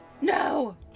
No